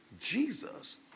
Jesus